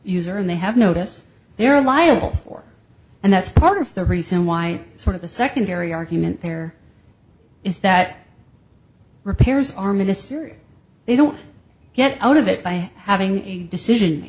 user and they have notice they are liable for and that's part of the reason why it's sort of a secondary argument there is that repairs are mysterious they don't get out of it by having a decision